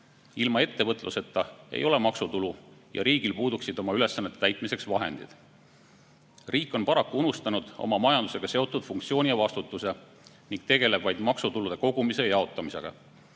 Ilma ettevõtluseta ei ole maksutulu ja riigil puuduksid oma ülesannete täitmiseks vahendid. Riik on paraku unustanud oma majandusega seotud funktsiooni ja vastutuse ning tegeleb vaid maksutulude kogumise ja jaotamisega,